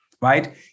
right